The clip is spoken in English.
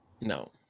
no